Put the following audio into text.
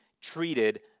treated